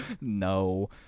no